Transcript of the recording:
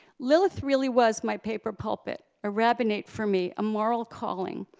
lilith really was my paper pulpit, a rabbinate for me, a moral calling,